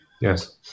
Yes